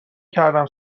کردم